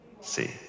See